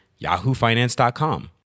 yahoofinance.com